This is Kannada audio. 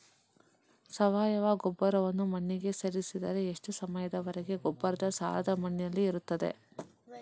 ಸಾವಯವ ಗೊಬ್ಬರವನ್ನು ಮಣ್ಣಿಗೆ ಸೇರಿಸಿದರೆ ಎಷ್ಟು ಸಮಯದ ವರೆಗೆ ಗೊಬ್ಬರದ ಸಾರ ಮಣ್ಣಿನಲ್ಲಿ ಇರುತ್ತದೆ?